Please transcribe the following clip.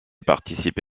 participe